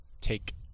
take